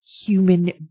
human